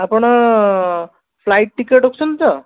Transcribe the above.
ଆପଣ flight ticket ରଖୁଛନ୍ତି ତ